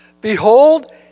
Behold